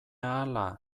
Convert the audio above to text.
ahala